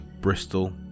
Bristol